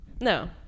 No